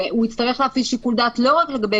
והוא יצטרך להפעיל שיקול דעת לא רק לגבי